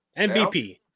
MVP